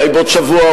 אולי בעוד שבוע,